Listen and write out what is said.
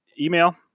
email